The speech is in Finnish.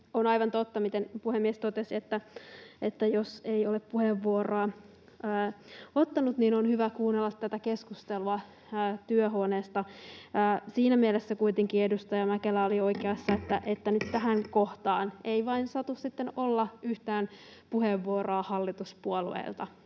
On aivan totta, miten puhemies totesi, että jos ei ole puheenvuoroa ottanut, niin on hyvä kuunnella tätä keskustelua työhuoneesta. Siinä mielessä kuitenkin edustaja Mäkelä oli oikeassa, että nyt tähän kohtaan ei vain satu sitten olemaan yhtään puheenvuoroa hallituspuolueelta,